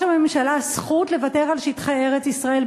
הממשלה זכות לוותר על שטחי ארץ-ישראל,